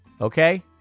Okay